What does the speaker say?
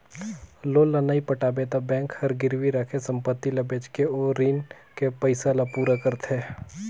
loan ल नइ पटाबे त बेंक हर गिरवी राखे संपति ल बेचके ओ रीन के पइसा ल पूरा करथे